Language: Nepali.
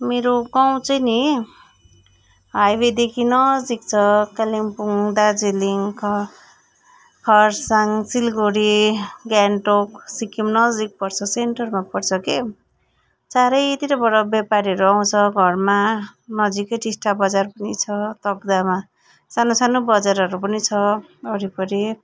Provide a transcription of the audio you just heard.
मेरो गाउँ चाहिँ नि हाइवेदेखि नजिक छ कालिम्पोङ दार्जिलिङ ख खरसाङ सिलगढी गान्तोक सिक्किम नजिक पर्छ सेन्टरमा पर्छ कि चारैतिरबाट व्यापारीहरू आउँछ घरमा नजिकै टिस्टा बजार पनि छ तक्दामा सानो सानो बजारहरू पनि छ वरिपरि